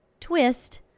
twist